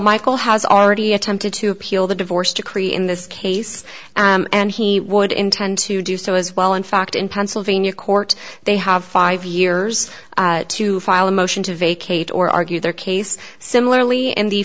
michael has already attempted to appeal the divorce decree in this case and he would intend to do so as well in fact in pennsylvania court they have five years to file a motion to vacate or argue their case similarly and